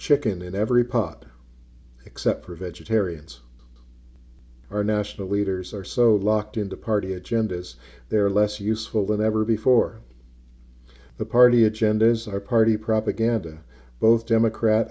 chicken in every pot except for vegetarians our national leaders are so locked into party agendas they're less useful than ever before the party agendas are party propaganda both democrat